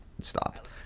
stop